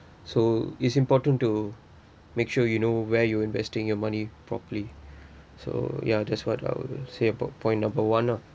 so it's important to make sure you know where you investing your money properly so ya that's what I would say about point number one lah